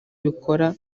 bikora